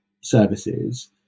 services